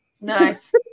Nice